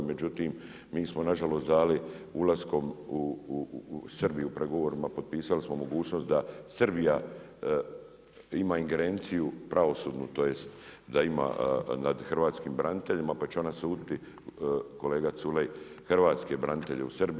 Međutim, mi smo na žalost dali ulaskom u Sbiji u pregovorima potpisali smo mogućnost da Srbija ima ingerenciju pravosudnu, tj. da ima nad hrvatskim braniteljima, pa će ona suditi kolega Culej hrvatske branitelje u Srbiji.